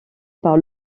par